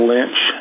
Lynch